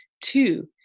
Two